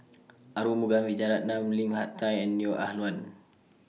Arumugam Vijiaratnam Lim Hak Tai and Neo Ah Luan